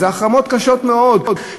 אלה החרמות קשות מאוד,